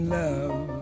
love